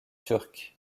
turcs